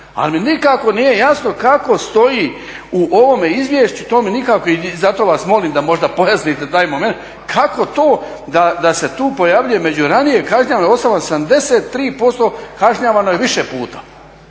Ali mi nikako nije jasno kako stoji u ovome izvješću i zato vas molim da možda pojasnite taj moment, kako to da se tu pojavljuje među ranije kažnjavanim osobama 73% kažnjavano je više puta,